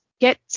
get